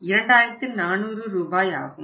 2400 ரூபாய் ஆகும்